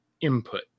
input